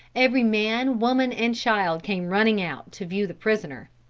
every man, woman and child came running out, to view the prisoner.